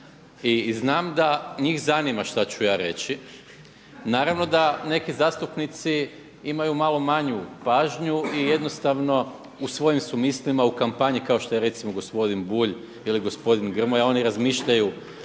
i znam da njih zanima šta ću ja reći. Naravno da neki zastupnici imaju malo manju pažnju i jednostavno u svojim su mislima, u kampanji, kao što je recimo gospodin Bulj ili gospodin Grmoja, oni razmišljaju